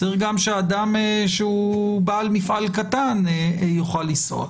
צריך שגם בעל מפעל קטן יוכל לנסוע.